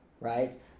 Right